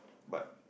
but